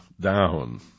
down